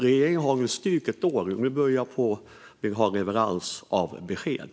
Regeringen har styrt ett år, och nu börjar vi vilja ha leveransbesked.